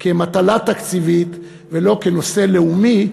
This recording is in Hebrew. כמטלה תקציבית ולא כנושא לאומי,